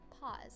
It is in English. Pause